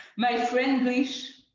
my franglish.